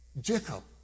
Jacob